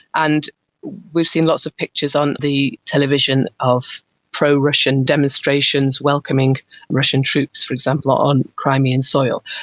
and we've seen lots of pictures on the television of pro-russian demonstrations welcoming russian troops, for example, on crimean soil.